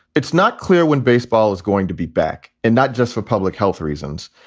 it's not clear when baseball is going to be back and not just for public health reasons.